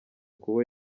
kubo